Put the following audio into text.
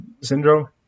syndrome